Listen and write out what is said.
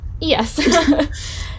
yes